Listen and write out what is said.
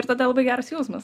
ir tada labai geras jausmas